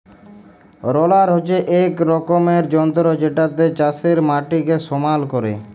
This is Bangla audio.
রলার হচ্যে এক রকমের যন্ত্র জেতাতে চাষের মাটিকে সমাল ক্যরে